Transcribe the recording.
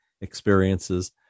experiences